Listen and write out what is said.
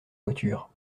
voiture